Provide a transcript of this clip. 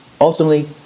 Ultimately